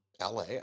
la